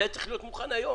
זה היה צריך להיות מוכן היום.